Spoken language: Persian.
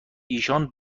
ایشان